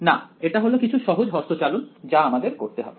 না এটা হল কিছু সহজ হস্তচালন যা আমাদের করতে হবে